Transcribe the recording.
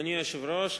אדוני היושב-ראש,